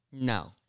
No